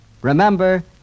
Remember